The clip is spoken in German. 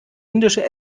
indische